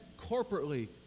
corporately